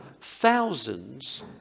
Thousands